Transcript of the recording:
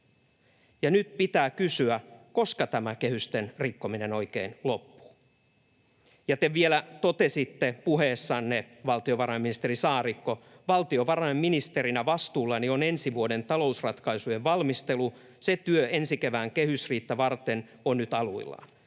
Nyt pitää kysyä, koska tämä kehysten rikkominen oikein loppuu. Ja te vielä totesitte puheessanne, valtiovarainministeri Saarikko: ”Valtiovarainministerinä vastuullani on ensi vuoden talousratkaisujen valmistelu. Se työ ensi kevään kehysriihtä varten on nyt aluillaan.